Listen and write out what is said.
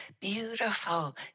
beautiful